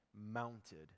mounted